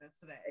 today